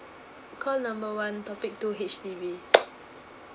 call number one topic two H_D_B